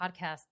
podcast